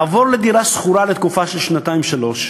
לעבור לדירה שכורה לתקופה של שנתיים-שלוש.